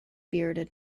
bearded